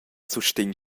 sustegn